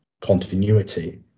continuity